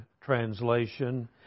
translation